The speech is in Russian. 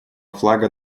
флага